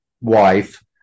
wife